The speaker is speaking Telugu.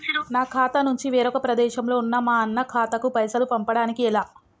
నా ఖాతా నుంచి వేరొక ప్రదేశంలో ఉన్న మా అన్న ఖాతాకు పైసలు పంపడానికి ఎలా?